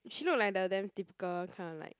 she look like the damn typical kinda like